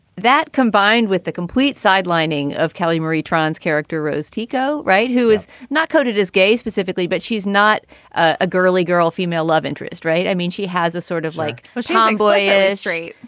that combined with the complete sidelining of kelly marie tran's character, rose taeko. right. who is not coded as gay specifically, but she's not a girly girl, female love interest rate. i mean, she has a sort of like a shine boy history.